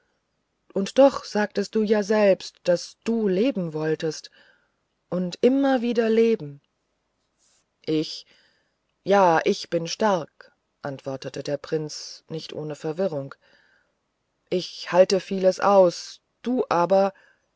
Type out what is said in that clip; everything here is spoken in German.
und doch sagtest du ja selbst daß du leben wolltest und immer wieder leben ich ja ich bin stark antwortete der prinz nicht ohne verwirrung ich halte vieles aus du aber